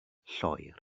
lloer